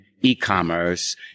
e-commerce